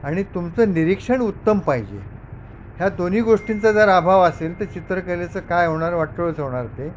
आणि तुमचं निरीक्षण उत्तम पाहिजे ह्या दोन्ही गोष्टींचा जर अभाव असेल तर चित्रकलेचं काय होणार वाटोवळं होणार ते